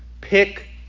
pick